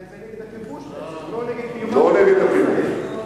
אולי זה נגד הכיבוש בעצם, לא נגד קיומה של ישראל?